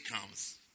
comes